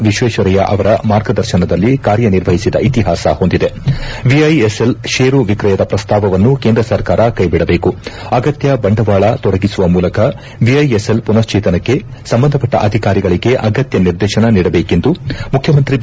ವಿಶ್ವೇಶ್ವರಯ್ಯ ಅವರ ಮಾರ್ಗದರ್ಶನದಲ್ಲಿ ಕಾರ್ಯ ನಿರ್ವಹಿಸಿದ ಇತಿಹಾಸ ಹೊಂದಿದೆ ಎಐಎಸ್ಎಲ್ ಷೇರು ವಿಕ್ರಯದ ಪ್ರಸ್ತಾವವನ್ನು ಕೇಂದ್ರ ಸರ್ಕಾರ ಕ್ಟೆಬಿಡಬೇಕು ಅಗತ್ಯ ಬಂಡವಾಳ ತೊಡಗಿಸುವ ಮೂಲಕ ವಿಐಎಸ್ಎಲ್ ಪುನಶ್ಲೇತನಕ್ಕೆ ಸಂಬಂಧಪಟ್ಟ ಅಧಿಕಾರಿಗಳಿಗೆ ಅಗತ್ತ ನಿರ್ದೇತನ ನೀಡಬೇಕೆಂದು ಮುಖ್ಯಮಂತ್ರಿ ಬಿ